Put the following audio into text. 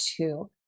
two